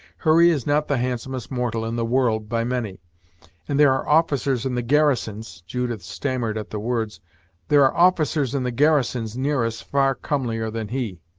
hurry is not the handsomest mortal in the world, by many and there are officers in the garrisons judith stammered at the words there are officers in the garrisons, near us, far comelier than he.